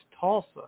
Tulsa